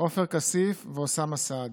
עופר כסיף ואוסאמה סעדי,